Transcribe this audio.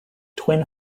twin